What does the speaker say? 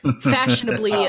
Fashionably